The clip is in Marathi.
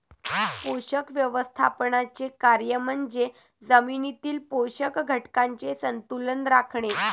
पोषक व्यवस्थापनाचे कार्य म्हणजे जमिनीतील पोषक घटकांचे संतुलन राखणे